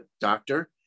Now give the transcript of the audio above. doctor